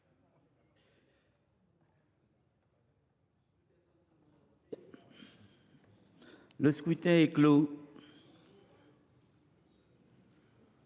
Le scrutin est clos.